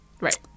right